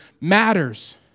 matters